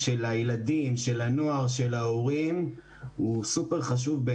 עבור הילדים, הנוער וההורים הוא סופר חשוב.